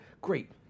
Great